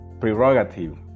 prerogative